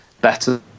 better